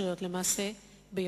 זכויותיך כראש עיריית רעננה, וכדומה